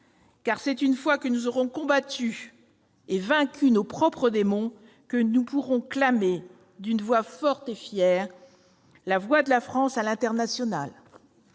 Car c'est une fois que nous aurons combattu et vaincu nos propres démons que nous pourrons faire entendre de manière forte et fière la voix de la France à l'international,